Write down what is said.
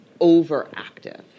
overactive